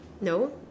No